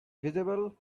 visible